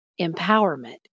empowerment